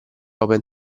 open